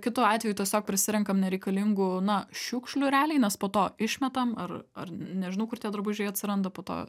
kitu atveju tiesiog prisirenkam nereikalingų na šiukšlių realiai nes po to išmetam ar ar nežinau kur tie drabužiai atsiranda po to